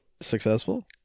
successful